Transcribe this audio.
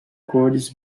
cores